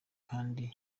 kandi